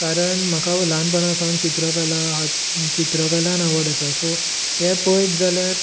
कारण म्हाका ल्हानपणा सावन चित्रकला चित्रकलान आवड आसा सो ते पयत जाल्यार